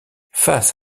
face